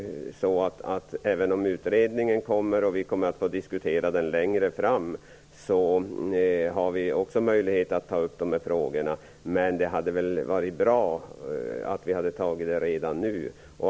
Även om utredningen kommer att presenteras och vi får möjlighet att diskutera längre fram, då vi också får möjlighet att ta upp dessa frågor, hade det väl varit bra om frågorna hade tagits med redan nu.